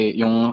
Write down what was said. yung